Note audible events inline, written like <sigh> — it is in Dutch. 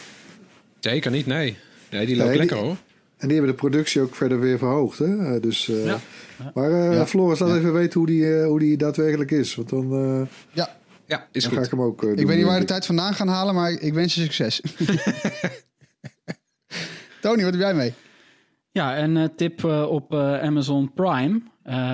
<laughs> Zeker niet, nee. Nee, die Nee, loopt die- lekker, hoor. en die hebben de productie ook verder weer verhoogd, hè? Eh, dus, Ja. eh, Ja. maar, eh, Ja. Floris, laat Ja. even weten hoe die, eh, hoe die daadwerkelijk is, want dan, eh, Ja. Ja, is dan goed. ga ik hem ook, eh, Ik doen. weet niet waar je de tijd vandaan gaat halen, maar ik wens je succes. <laughs> <laughs> Tony, wat heb jij mee? Ja, een, eh, tip, eh, op, eh, Amazon Prime. Eh,